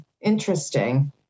interesting